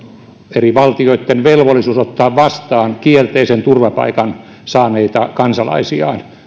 eri valtioitten velvollisuus ottaa vastaan kielteisen turvapaikan saaneita kansalaisiaan